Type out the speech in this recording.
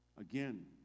Again